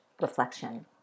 reflection